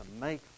make